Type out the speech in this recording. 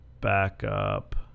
backup